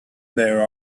there